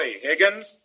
Higgins